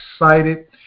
excited